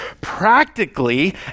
practically